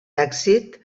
èxit